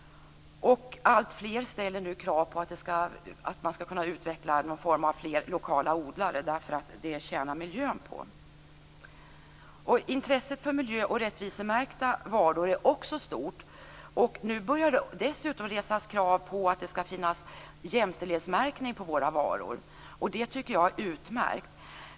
Alltfler ställer nu krav på att det skall bli fler lokala odlare. Det tjänar miljön på. Intresset för miljö och rättvisemärkta varor är också stort. Nu börjar det dessutom resas krav på att det skall finnas jämställdhetsmärkning på våra varor. Det tycker jag är utmärkt.